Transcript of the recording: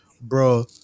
Bro